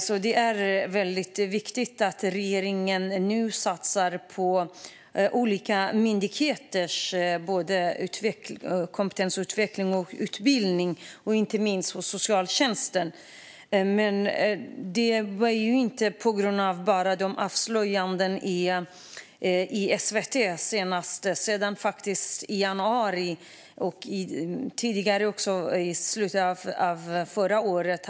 Det är därför väldigt viktigt att regeringen nu satsar på olika myndigheters kompetensutveckling och utbildning, inte minst hos socialtjänsten. Det var inte bara på grund av avslöjanden i SVT som flera fall har uppmärksammats, utan det skedde även i januari och tidigare i slutet av förra året.